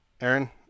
Aaron